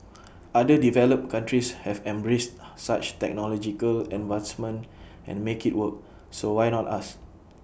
other developed countries have embraced such technological advancements and made IT work so why not us